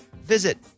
visit